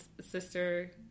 sister